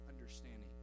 understanding